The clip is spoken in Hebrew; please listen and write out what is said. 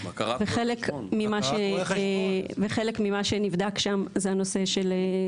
וחלק ממה שנבדק שם זה הנושא של,